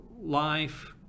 life